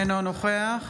אינו נוכח